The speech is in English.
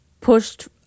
pushed